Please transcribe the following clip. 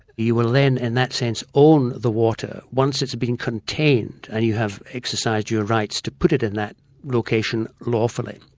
you will then in that sense, own the water, once it's been contained, and you have exercised your rights to put it in that location lawfully.